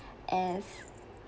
as